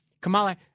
Kamala